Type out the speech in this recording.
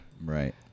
right